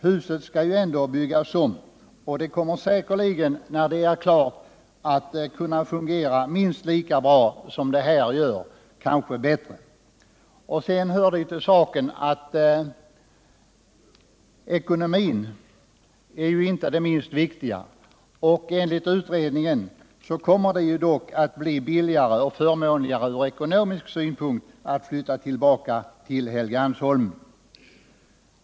Huset skall ju ändå byggas om, och det kommer säkerligen, när det är klart, att kunna fungera lika bra som det här gör, kanske bättre. Sedan hör det till saken att ekonomin är det inte minst viktiga. Enligt utredningen kommer det ju att bli förmånligare ur ekonomisk synpunkt att flytta tillbaka till Helgeandsholmen.